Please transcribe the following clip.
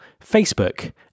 Facebook